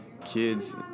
kids